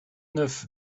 neuf